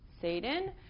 Satan